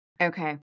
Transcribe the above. Okay